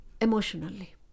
emotionally